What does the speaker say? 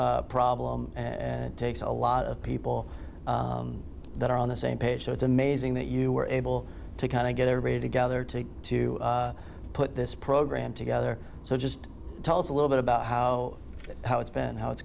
problem and it takes a lot of people that are on the same page so it's amazing that you were able to kind of get everybody together to to put this program together so just tell us a little bit about how it's been